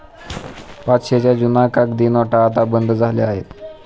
पाचशेच्या जुन्या कागदी नोटा आता बंद झाल्या आहेत